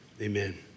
Amen